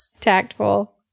tactful